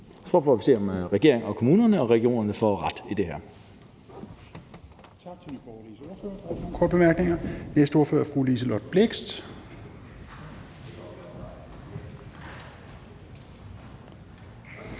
så får vi at se, om regeringen, kommunerne og regionerne får ret i det her.